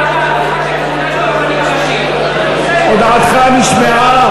60 בעד, שישה מתנגדים, אחד נמנע.